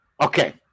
Okay